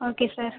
okay sir